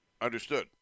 Understood